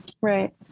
Right